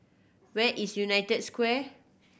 where is United Square